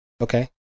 Okay